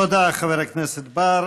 תודה, חבר הכנסת בר.